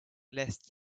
last